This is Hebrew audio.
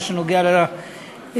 את מה שנוגע לקצבאות.